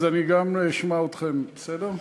אז אני גם אשמע אתכם, בסדר?